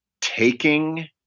Taking